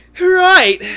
right